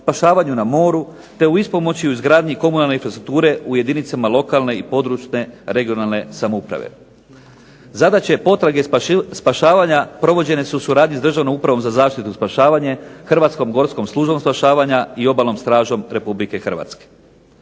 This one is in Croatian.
spašavanju na moru, te u ispomoći u izgradnji komunalne infrastrukture u jedinicama lokalne i područne, regionalne samouprave. Zadaće potraga i spašavanja provođene su u suradnji s državnom upravom za zaštitu i spašavanje, Hrvatskom gorskom službom spašavanja i obalnom stražom Republike Hrvatske.